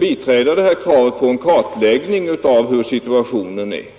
biträda kravet på en kartläggning av hur situationen är.